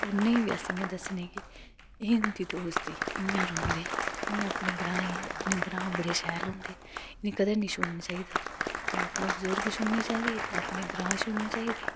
उ'नें गी बी इ'यां सनानियां एह् होंदी दोस्ती इ'यां रौंह्दे अपने ग्रां बड़े शैल होंदे इ'नें गी कदें निं छोड़ना चाहिदा ना अपने बज़ुर्ग छोड़ने चाहिदे ना अपने ग्रां छोड़ने चाहिदे